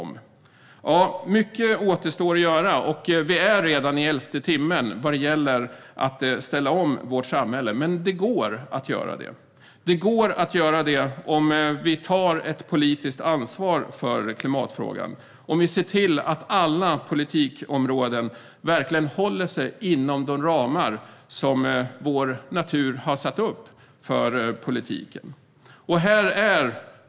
Mycket återstår att göra. Vi är redan i elfte timmen vad gäller att ställa om vårt samhälle, men det går att göra det. Det går att göra det om vi tar ett politiskt ansvar för klimatfrågan, om vi ser till att alla politikområden verkligen håller sig inom de ramar som vår natur har satt upp för politiken.